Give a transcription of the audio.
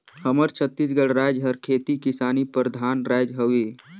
हमर छत्तीसगढ़ राएज हर खेती किसानी परधान राएज हवे